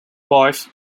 wife